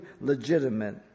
legitimate